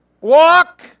Walk